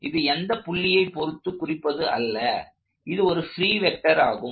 இது எந்த புள்ளியை பொருத்து குறிப்பதும் அல்ல இது ஒரு பிரீ வெக்டர் ஆகும்